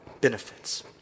benefits